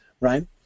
Right